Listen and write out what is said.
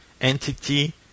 entity